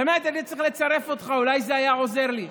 באמת, אני צריך לצרף אותך, אולי זה היה עוזר לי.